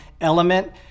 element